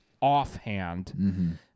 offhand